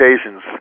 occasions